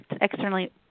externally